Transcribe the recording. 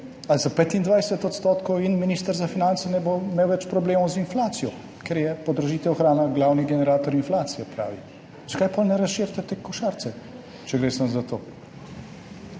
ali za 25 % in minister za finance ne bo imel več problemov z inflacijo. Ker je podražitev hrane glavni generator inflacije, pravi. Zakaj potem ne razširite te košarice, če gre samo za to?